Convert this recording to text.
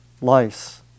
lice